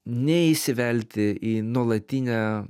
neįsivelti į nuolatinę